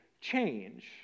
change